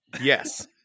Yes